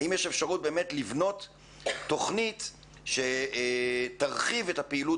האם יש אפשרות לבנות תוכנית שתרחיב את הפעילות